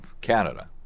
Canada